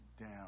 down